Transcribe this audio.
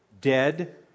dead